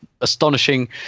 astonishing